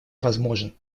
возможен